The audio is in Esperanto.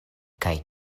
kaj